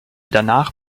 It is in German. danach